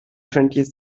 twentieth